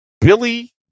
Billy